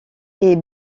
est